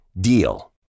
DEAL